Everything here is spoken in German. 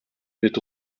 mit